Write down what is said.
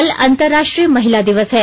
कल अंतर्राष्ट्रीय महिला दिवस है